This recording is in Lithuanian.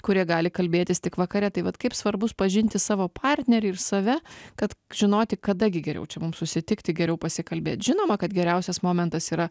kurie gali kalbėtis tik vakare tai vat kaip svarbu pažinti savo partnerį ir save kad žinoti kada gi geriau čia mum susitikti geriau pasikalbėt žinoma kad geriausias momentas yra